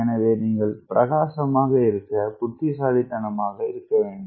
எனவே நீங்கள் பிரகாசமாக இருக்க புத்திசாலித்தனமாக இருக்க வேண்டும்